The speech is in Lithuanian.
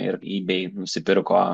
ir ybei nusipirko